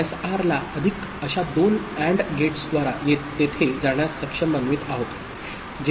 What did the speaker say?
एसआरला अशा दोन AND गेट्सद्वारा तेथे जाण्यास सक्षम बनवित आहोत